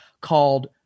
called